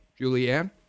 Julianne